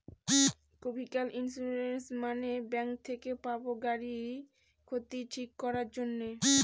vehicle insurance মানে bank থেকে পাবো গাড়ির ক্ষতি ঠিক করাক জন্যে